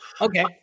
Okay